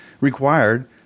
required